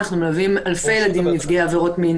אנחנו מלווים אלפי ילדים נפגעי עבירות מין